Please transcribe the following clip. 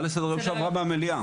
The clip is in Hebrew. שעברה במליאה,